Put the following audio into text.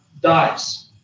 dies